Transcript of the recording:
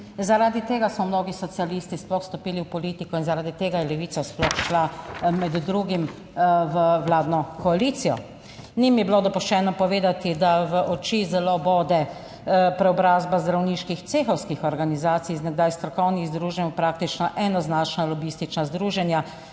zaradi tega so mnogi socialisti sploh vstopili v politiko in zaradi tega je Levica sploh šla med drugim v vladno koalicijo. Ni mi bilo dopuščeno povedati, da v oči zelo bode preobrazba zdravniških cehovskih organizacij iz nekdaj strokovnih združenj v praktično enoznačna lobistična združenja,